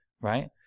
right